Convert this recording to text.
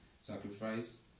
sacrifice